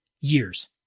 years